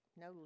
no